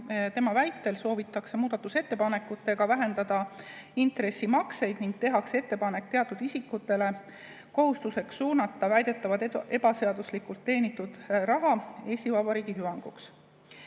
Tema väitel soovitakse muudatusettepanekutega vähendada intressimakseid ning tehakse ettepanek teha teatud isikutele kohustuseks suunata väidetavalt ebaseaduslikult teenitud raha Eesti Vabariigi hüvanguks.